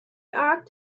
act